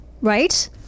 Right